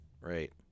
Right